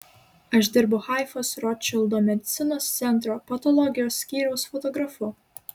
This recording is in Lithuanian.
aš dirbu haifos rotšildo medicinos centro patologijos skyriaus fotografu